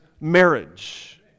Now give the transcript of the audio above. marriage